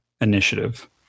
initiative